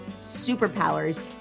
superpowers